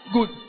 Good